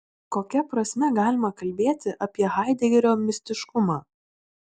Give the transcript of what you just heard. kokia prasme galima kalbėti apie haidegerio mistiškumą